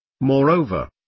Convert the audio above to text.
Moreover